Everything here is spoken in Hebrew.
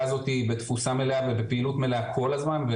הזאת בתפוצה מלאה ובפעילות מלאה כל הזמן.